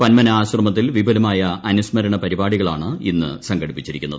പന്മന ആശ്രമത്തിൽ വിപുലമായ അനുസ്മരണ പരിപാടികളാണ് ഇന്ന് സംഘടിപ്പിച്ചിരിക്കുന്നത്